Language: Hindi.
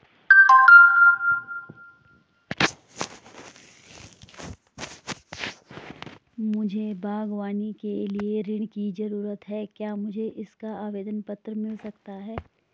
मुझे बागवानी के लिए ऋण की ज़रूरत है क्या मुझे इसका आवेदन पत्र मिल सकता है?